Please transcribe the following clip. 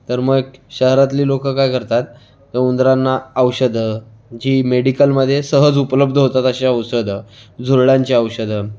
तर मग शहरातले लोक काय करतात ते उंदरांना औषधं जी मेडिकलमधे सहज उपलब्ध होतात असे औषधं झुरळांचे औषधं